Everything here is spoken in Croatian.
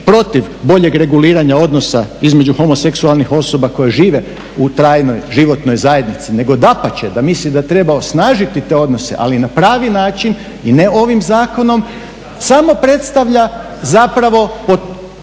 protiv boljeg reguliranja odnosa između homoseksualnih osoba koje žive u trajnoj životnoj zajednici, nego dapače da misli da treba osnažiti te odnose, ali na pravi način i ne ovim zakonom, samo predstavlja zapravo